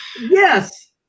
Yes